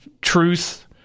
truth